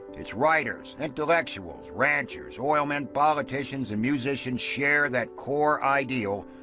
its riders, intellectuals, ranchers, oilmen, politicians and musicians share that core ideal,